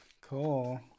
cool